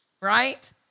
right